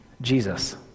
Jesus